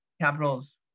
capitals